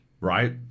right